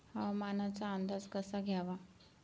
हवामानाचा अंदाज कसा घ्यावा?